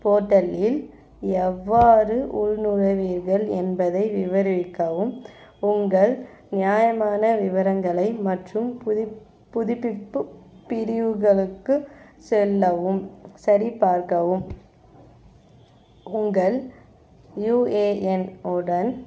போர்ட்டலில் எவ்வாறு உள்நுழைவீர்கள் என்பதை விவரிக்கவும் உங்கள் நியாயமான விவரங்களை மற்றும் புதுப் புதுப்பிப்பு பிரிவுகளுக்கு செல்லவும் சரிபார்க்கவும் உங்கள் யுஏஎன் உடன்